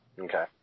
Okay